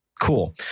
Cool